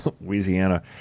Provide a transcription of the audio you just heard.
Louisiana